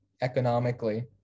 economically